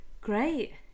Great